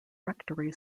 rectory